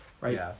right